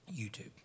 YouTube